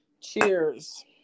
Cheers